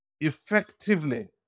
effectively